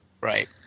right